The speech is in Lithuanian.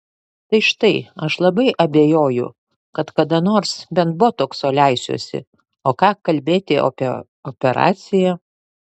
tai štai aš labai abejoju kad kada nors bent botokso leisiuosi o ką kalbėti apie operaciją